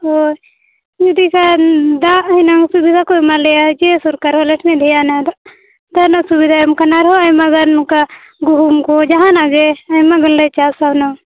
ᱚ ᱡᱩᱫᱤ ᱠᱷᱟᱱ ᱫᱟᱜ ᱨᱮᱱᱟᱝ ᱥᱩᱵᱤᱫᱟ ᱠᱚ ᱮᱢᱟᱞᱮᱭᱟ ᱡᱮ ᱥᱚᱨᱠᱟᱨ ᱟᱞᱮ ᱴᱷᱮᱱᱮ ᱞᱟᱹᱭᱟ ᱱᱚᱣᱟ ᱫᱚ ᱫᱟᱜ ᱨᱮᱱᱟᱜ ᱥᱩᱵᱤᱫᱟᱭ ᱮᱢᱟᱠᱟᱱᱟ ᱟᱨᱚ ᱟᱭᱢᱟ ᱜᱟᱱ ᱱᱚᱠᱟ ᱜᱩᱦᱩᱢ ᱠᱚ ᱡᱟᱦᱟᱸ ᱱᱟᱜ ᱜᱮ ᱟᱭᱢᱟ ᱜᱟᱱᱞᱮ ᱪᱟᱥᱟ ᱦᱩᱱᱟᱹᱝ